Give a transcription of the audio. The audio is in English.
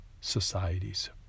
societies